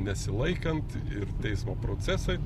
nesilaikant ir teismo procesai